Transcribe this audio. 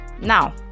now